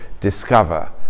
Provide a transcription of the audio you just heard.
discover